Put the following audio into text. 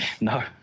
No